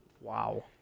Wow